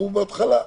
אנחנו בהתחלה.